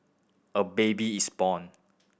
a baby is born